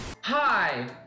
Hi